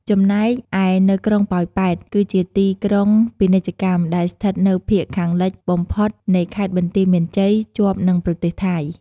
ចំណែកឯនៅក្រុងប៉ោយប៉ែត គឺជាទីក្រុងពាណិជ្ជកម្ម ដែលស្ថិតនៅភាគខាងលិចបំផុតនៃខេត្តបន្ទាយមានជ័យ ជាប់នឹងប្រទេសថៃ។